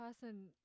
person